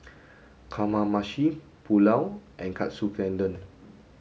Kamameshi Pulao and Katsu Tendon